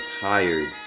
tired